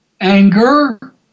anger